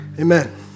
Amen